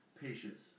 patience